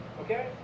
Okay